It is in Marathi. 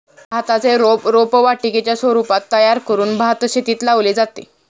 भाताचे रोप रोपवाटिकेच्या स्वरूपात तयार करून भातशेतीत लावले जाते